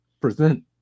present